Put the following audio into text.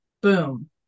boom